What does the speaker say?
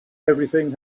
everything